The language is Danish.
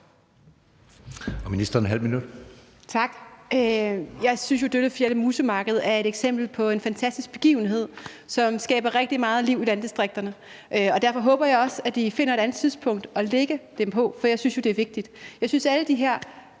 (Louise Schack Elholm): Tak. Jeg synes jo, Døllefjelde-Musse Marked er et eksempel på en fantastisk begivenhed, som skaber rigtig meget liv i landdistrikterne, og derfor håber jeg også, at de finder et andet tidspunkt at lægge det på. For jeg synes jo, det er vigtigt. Jeg synes, alle de her